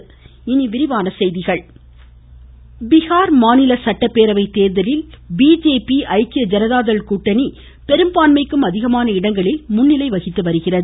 மமமம பீகார் தேர்தல் பீகார் மாநில சட்டப்பேரவை தேர்தலில் பிஜேபி ஐக்கிய ஜனதா தள் கூட்டணி பெரும்பான்மைக்கும் அதிகமான இடங்களில் முன்னிலை வகித்து வருகிறது